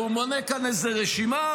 והוא מונה כאן איזו רשימה,